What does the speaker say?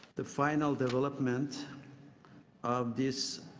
the final development of this